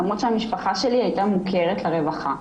למרות המשפחה שלי הייתה מוכרת לרווחה.